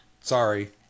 Sorry